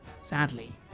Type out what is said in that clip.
sadly